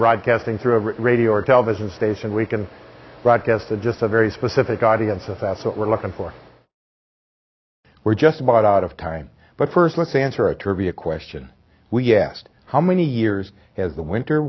broadcasting through a radio or television station we can broadcast to just a very specific audience and that's what we're looking for we're just about out of time but first let's answer a trivia question we asked how many years has the winter